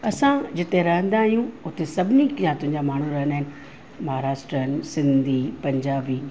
असां जिते रहंदा आहियूं हुते सभिनी किआतुनि जा माण्हू रहंदा आहिनि महाराष्ट्रियनि सिंधी पंजाबी